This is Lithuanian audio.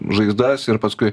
žaizdas ir paskui